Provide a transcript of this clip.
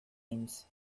games